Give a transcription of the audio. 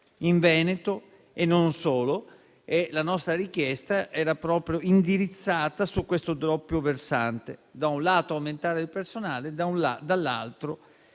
in Veneto e non solo. La nostra richiesta era proprio indirizzata su questo doppio versante: aumentare, da un lato, il personale; dall'altro,